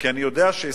כי אני יודע שהסכמים,